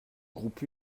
groupe